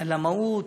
על המהות,